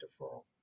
deferral